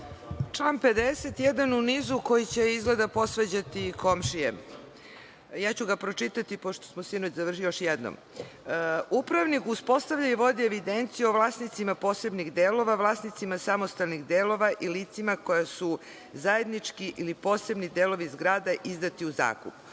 jedan u nizu koji će izgleda posvađati komšije. Pročitaću ga, pošto smo sinoć završili, još jednom – upravnik uspostavlja i vodi evidenciju o vlasnicima posebnih delova, vlasnicima samostalnih delova i licima koja su zajednički ili posebni delovi zgrada izdati u zakup,